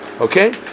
Okay